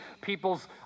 people's